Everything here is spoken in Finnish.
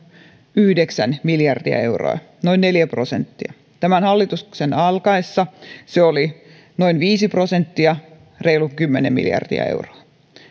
yhdeksän miljardia euroa noin neljä prosenttia tämän hallituksen alkaessa se oli noin viisi prosenttia reilu kymmenen miljardia euroa